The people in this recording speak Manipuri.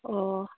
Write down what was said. ꯑꯣ